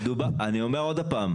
אני אומר שוב,